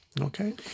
okay